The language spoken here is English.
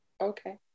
okay